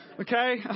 Okay